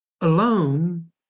alone